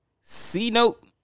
C-note